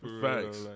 facts